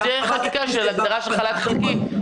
שתהיה הגדרה של חל"ת חלקי בחקיקה,